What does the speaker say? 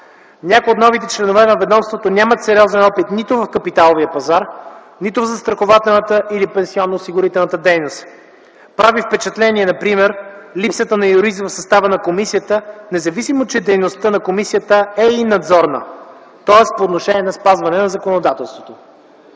Някои от новите членове на ведомството нямат сериозен опит нито в капиталовия пазар, нито в застрахователната или пенсионно-осигурителната дейност. Прави впечатление например липсата на юрист в състава на комисията, независимо че дейността на комисията е и надзорна, тоест по отношение на спазване на законодателството.